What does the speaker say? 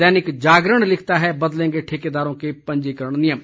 दैनिक जागरण लिखता है बदलेंगे ठेकेदारों के पंजीकरण नियम